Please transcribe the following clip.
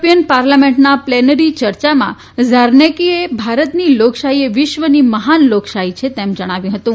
ીયન પાર્લામેન્ટના પ્લેનરી ચર્ચામાં ઝારનેકીએ ભારતની લોકશાહી એ વિશ્વની મહાન લોકશાહી છે તેમ જણાવ્યું હતું